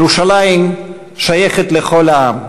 ירושלים שייכת לכל העם,